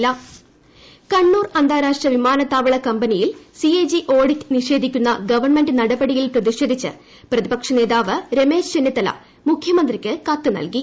CAG Chennithala Kannur അന്താരാഷ്ട്ര വിമാനത്താവള കമ്പനിയിൽ സിഎജി ഓഡിറ്റ് നിഷേധിക്കുന്ന ഗവൺമെന്റ് നടപടിയിൽ പ്രതിഷേധിച്ച് പ്രതിപക്ഷ നേതാവ് രമേശ് ചെന്നിത്തല മുഖ്യമന്ത്രിക്ക് കത്ത് നൽകി